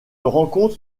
rencontre